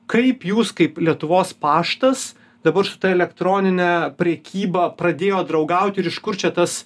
kaip jūs kaip lietuvos paštas dabar su ta elektronine prekyba pradėjot draugaut ir iš kur čia tas